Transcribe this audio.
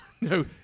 No